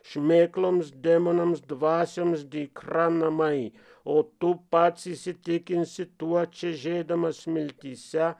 šmėkloms demonams dvasioms dykra namai o tu pats įsitikinsi tuo čiažėdamas smiltyse